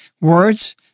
Words